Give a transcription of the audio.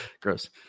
Gross